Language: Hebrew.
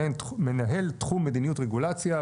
מנהל תחום מדיניות רגולציה.